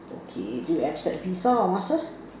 okay do you accept visa or master